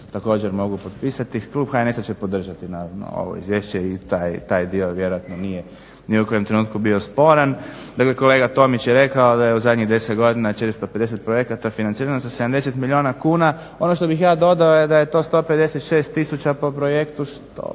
također mogu potpisati. Klub HNS-a će podržati naravno ovo izvješće i taj dio vjerojatno nije ni u kojem trenutku bio sporan. Dakle, kolega Tomić je rekao da je u zadnjih 10 godina 450 projekata financirano za 70 milijuna kuna. Ono što bih ja dodao je da je to 156 tisuća po projektu što